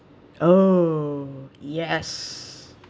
oh yes